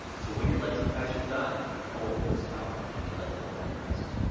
so when your legs and thighs are done, you pull the goose out and you let the whole thing rest.